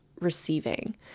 receiving